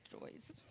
joys